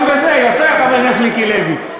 יפה, חבר הכנסת מיקי לוי.